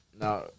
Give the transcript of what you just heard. Now